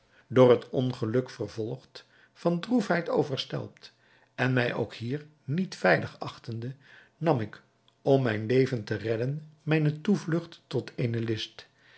door het ongeluk vervolgd van droefheid overstelpt en mij ook hier niet veilig achtende nam ik om mijn leven te redden mijne toevlugt tot